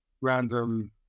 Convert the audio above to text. random